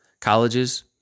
colleges